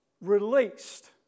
released